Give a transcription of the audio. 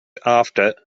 after